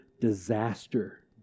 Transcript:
disaster